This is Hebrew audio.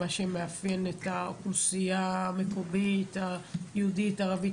מה שמאפיין את האוכלוסייה המקומית היהודית והערבית,